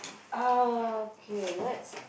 uh okay let's